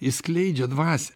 jis skleidžia dvasią